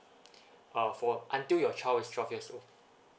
uh for until your child is twelve years old